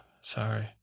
Sorry